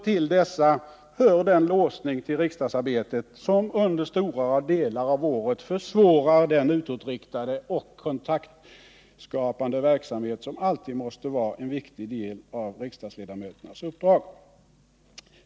Till dessa hör den låsning till riksdagsarbetet som under stora delar av året försvårar den utåtriktade och kontaktskapande verksamhet som alltid måste vara en viktig del av riksdagsledamöternas uppdrag.